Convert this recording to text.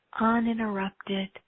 uninterrupted